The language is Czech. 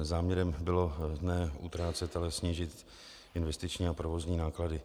Záměrem bylo ne utrácet, ale snížit investiční a provozní náklady.